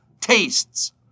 tastes